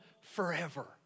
forever